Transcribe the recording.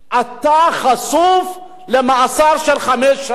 חשוף למאסר של חמש שנים?